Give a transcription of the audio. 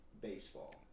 baseball